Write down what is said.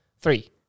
three